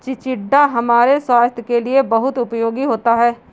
चिचिण्डा हमारे स्वास्थ के लिए बहुत उपयोगी होता है